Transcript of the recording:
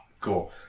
cool